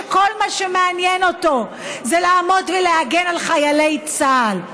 שכל מה שמעניין אותו זה לעמוד ולהגן על חיילי צה"ל.